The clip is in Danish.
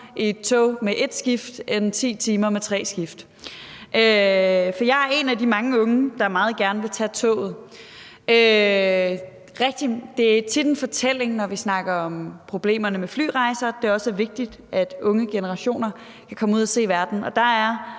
i et tog med ét skift end 10 timer med tre skift. For jeg er en af de mange unge, der meget gerne vil tage toget. Det er tit en del af fortællingen, når vi taler om problemerne med flyrejser, at det også er vigtigt, at unge mennesker kan komme ud at se verden,